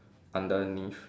underneath